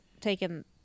taken